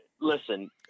listen